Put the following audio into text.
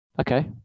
okay